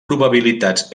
probabilitats